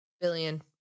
billion